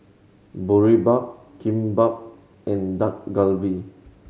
Boribap Kimbap and Dak Galbi